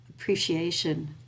appreciation